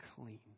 clean